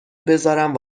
بذارم